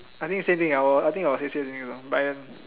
I think same thing I think I will also say same thing Brian